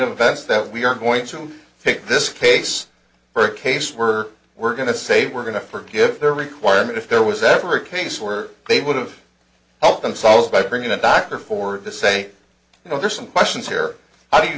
of events that we are going to pick this case for a case we're we're going to say we're going to forgive their requirement if there was ever a case where they would have helped themselves by bringing a doctor for the say you know there's some questions here how do you